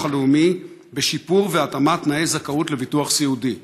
הלאומי בשיפור ובהתאמה של תנאי הזכאות לביטוח סיעודי.